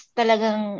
talagang